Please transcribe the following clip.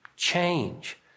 Change